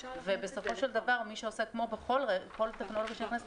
ובסופו של דבר מי שעושה כמו בכל טכנולוגיה שנכנסת